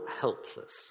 helpless